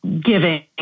giving